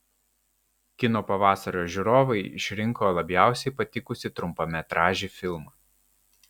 kino pavasario žiūrovai išrinko labiausiai patikusį trumpametražį filmą